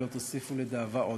ולא תוסיפו לדאבה עוד.